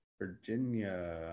Virginia